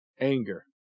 anger